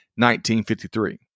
1953